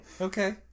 Okay